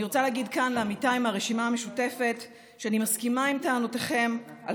אני רוצה להגיד כאן לעמיתיי מהרשימה המשותפת שאני מסכימה לטענותיכם על